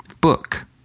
book